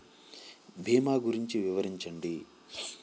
భీమా గురించి వివరించండి?